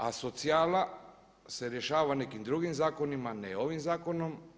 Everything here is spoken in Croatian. A socijala se rješava nekim drugim zakonima, ne ovim zakonom.